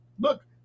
look